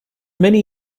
many